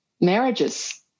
marriages